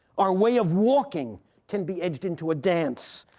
our way of walking can be edged into a dance,